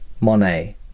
Monet